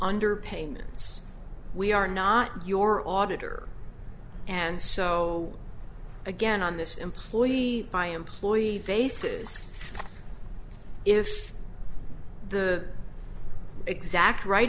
under payments we are not your auditor and so again on this employee by employee faces if the exact right